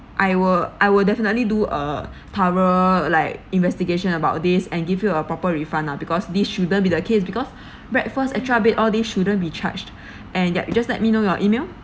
I will I will definitely do a thorough like investigation about this and give you a proper refund lah because this shouldn't be the case because breakfast extra bed all these shouldn't be charged and yup you just let me know your email